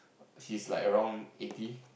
he's like around eighty